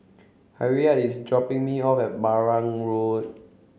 Harriette is dropping me off at Marang Road